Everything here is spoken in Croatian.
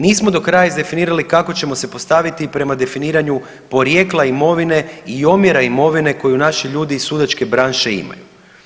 Nismo do kraja izdefinirali kako ćemo se postaviti prema definiranju porijekla imovine i omjera imovine koju naši ljudi iz sudačke branše imaju.